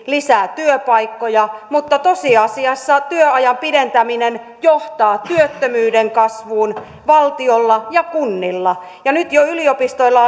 lisää työpaikkoja mutta tosiasiassa työajan pidentäminen johtaa työttömyyden kasvuun valtiolla ja kunnilla ja nyt jo yliopistoilla